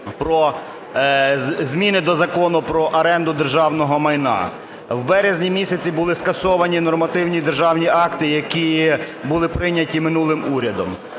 зміни до Закону про оренду державного майна. В березні місяці були скасовані нормативні державні акти, які були прийняті минулим урядом.